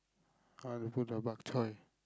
I like to put the bak choy